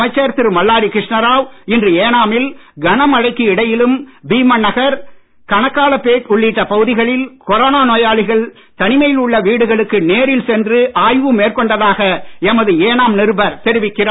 அமைச்சர் திரு மல்லாடி கிருஷ்ணாராவ் இன்று ஏனாமில் கனமழைக்கு இடையிலும் பீமன் நகர் கனக்கால பேட் உள்ளிட்ட பகுதிகளில் கொரோனா நோயாளிகள் தனிமையில் உள்ள வீடுகளுக்கு நேரில் சென்று ஆய்வு மேற்கொண்டதாக எமது ஏனாம் நிருபர் தெரிவிக்கிறார்